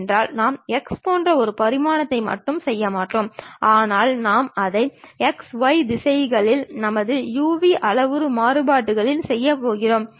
உதாரணமாக கிடைமட்ட தளத்தில் ஒரு பொருளின் எறியம் பெறப்பட்ட பிறகு அதை 90 டிகிரி கீழ் நோக்கி சுற்றும் பொழுது இந்த கிடைமட்ட தளமானது வரைபடத்தாளின் மீது இருக்கும்